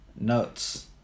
notes